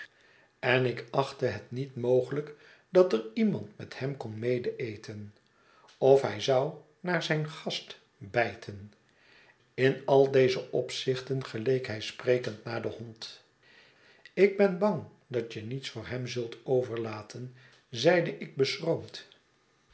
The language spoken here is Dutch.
en ik achtte het niet mogelijk dat er iemand met hem kon medeeten of hij zou naar zijn gast bijten in al deze opzichten geleek hij sprekend naar den hond ik ben bang v dat je niets voor hem zult overlaten zeide ik